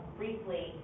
briefly